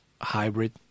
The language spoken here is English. hybrid